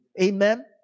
Amen